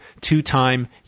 two-time